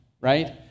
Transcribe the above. right